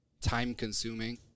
time-consuming